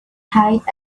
height